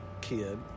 kid